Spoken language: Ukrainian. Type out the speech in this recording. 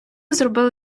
зробили